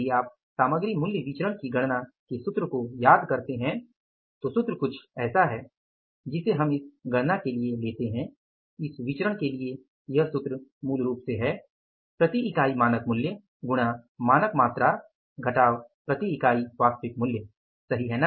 यदि आप सामग्री मूल्य विचरण की गणना के सूत्र को याद करते हैं तो सूत्र कुछ ऐसा है जिसे हम इस गणना के लिए लेते हैं इस विचरण के लिए यह सूत्र मूल रूप से है प्रति इकाई मानक मूल्य गुणा मानक मात्रा घटाव प्रति इकाई वास्तविक मूल्य सही है